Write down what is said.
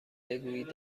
بگویید